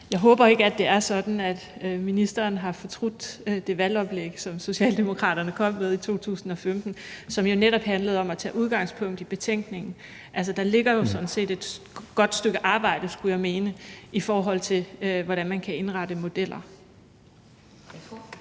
Jeg håber ikke, at det er sådan, at ministeren har fortrudt det valgoplæg, som Socialdemokraterne kom med i 2015, og som jo netop handlede om at tage udgangspunkt i betænkningen. Altså, der ligger jo sådan set et godt stykke arbejde, skulle jeg mene, i forhold til hvordan man kan indrette modeller.